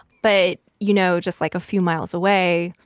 but, you know, just, like, a few miles away,